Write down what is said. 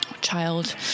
child